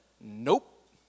nope